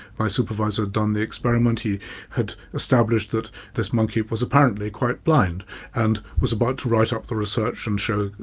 my supervisor had done the experiment. he had established that this monkey was apparently quite blind and was about to write up the research and show,